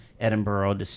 Edinburgh